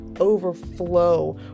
overflow